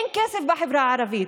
אין כסף בחברה הערבית,